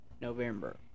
November